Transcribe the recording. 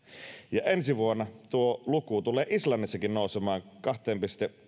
ja ensi vuonna tuo luku tulee islannissakin nousemaan kahteen